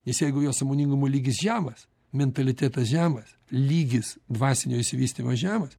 nes jeigu jo sąmoningumo lygis žemas mentalitetas žemas lygis dvasinio išsivystymo žemas